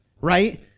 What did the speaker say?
right